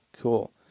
Cool